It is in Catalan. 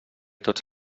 tots